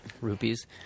Rupees